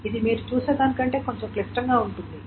ఇది మీరు చూసే దానికంటే కొంచెం క్లిష్టంగా ఉంటుంది